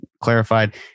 clarified